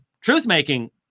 truth-making